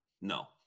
no